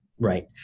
Right